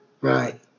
right